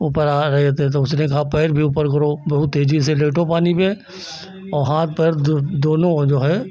ऊपर आ रहे थे तो उसने कहा पैर भी ऊपर करो बहुत तेज़ी से लेटो पानी पर और हाथ पैर दोनों ओ जो है